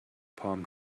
palm